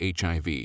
HIV